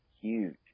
huge